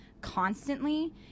constantly